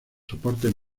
soportes